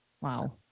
Wow